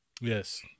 Yes